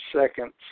seconds